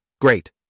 Great